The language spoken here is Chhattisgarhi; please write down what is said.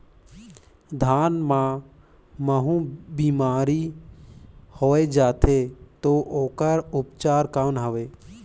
धान मां महू बीमारी होय जाथे तो ओकर उपचार कौन हवे?